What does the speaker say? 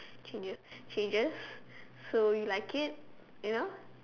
changes changes so you like it you know